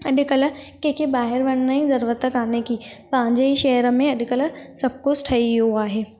अॼुकल्ह कंहिंखे ॿाहिरि वञण जी ज़रूरत कान्हे की पंहिंजे ई शहर में सभु कुझु ठही वियो आहे